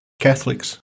Catholics